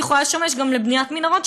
הוא יכול לשמש גם לבניית מנהרות,